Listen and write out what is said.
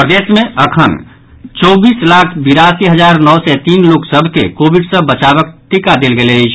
प्रदेश मे अखन धरि चौबीस लाख बिरासी हजार नओ सय तीन लोक सभ के कोविड सँ बचावक टीका देल गेल अछि